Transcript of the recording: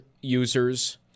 users